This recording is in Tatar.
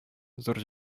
зур